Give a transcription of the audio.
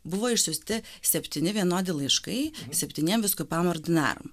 buvo išsiųsti septyni vienodi laiškai septyniem vyskupam ordinaram